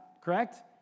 correct